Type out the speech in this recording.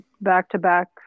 back-to-back